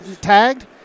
tagged